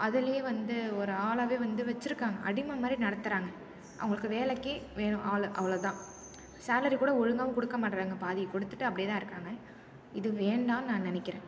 அதுலேயே வந்து ஒரு ஆளாகவே வந்து வச்சிருக்காங்க அடிமைமாதிரி நடத்துறாங்க அவங்களுக்கு வேலைக்கு வேணும் ஆளு அவ்வளோதான் சாலரி கூட ஒழுங்காகவும் கொடுக்கமாட்றாங்க பாதியை கொடுத்துட்டு அப்படியேதான் இருக்காங்க இது வேண்டாம்னு நான் நினைக்கிறேன்